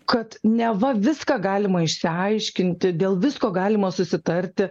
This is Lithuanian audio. kad neva viską galima išsiaiškinti dėl visko galima susitarti